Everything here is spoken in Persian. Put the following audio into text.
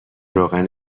روغن